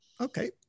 Okay